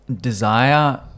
desire